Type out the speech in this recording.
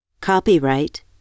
Copyright